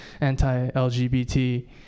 anti-LGBT